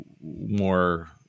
more